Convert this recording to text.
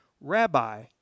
Rabbi